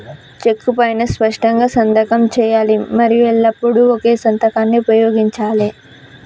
చెక్కు పైనా స్పష్టంగా సంతకం చేయాలి మరియు ఎల్లప్పుడూ ఒకే సంతకాన్ని ఉపయోగించాలే